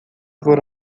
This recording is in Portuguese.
for